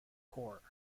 corps